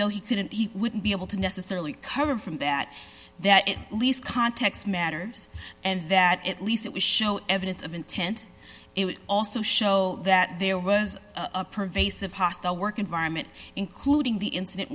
though he couldn't he wouldn't be able to necessarily cover from that that at least context matters and that at least it was show evidence of intent it would also show that there was a pervasive hostile work environment including the incident